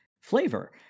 flavor